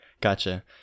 Gotcha